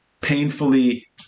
painfully